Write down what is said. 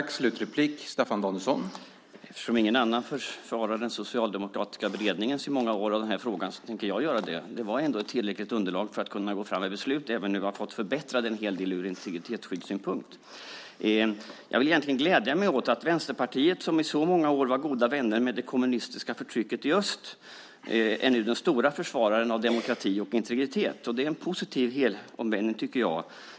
Herr talman! Eftersom ingen annan försvarar den socialdemokratiska beredningen sedan många år av den här frågan tänker jag göra det. Det var ändå ett tillräckligt underlag för att kunna gå fram med ett beslut, även om vi nu har fått förbättra det en hel del ur integritetsskyddssynpunkt. Jag vill egentligen glädja mig åt att Vänsterpartiet, som i så många år var goda vänner med det kommunistiska förtrycket i öst, nu är den stora försvararen av demokrati och integritet. Det är en positiv helomvändning, tycker jag.